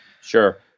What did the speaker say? Sure